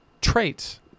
traits